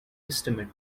estimate